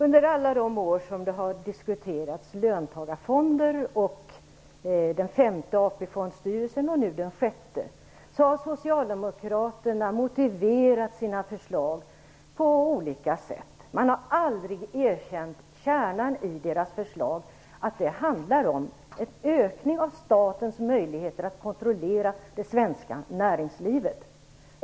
Fru talman! Under alla de år som löntagarfonder och den femte AP-fondstyrelsen, och nu det sjätte, har diskuterats har socialdemokraterna motiverat sina förslag på olika sätt. De har aldrig erkänt att kärnan i deras förslag handlar om en ökning av statens möjligheter att kontrollera det svenska näringslivet.